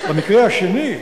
במקרה השני,